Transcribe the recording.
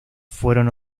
fueron